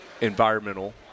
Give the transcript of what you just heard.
environmental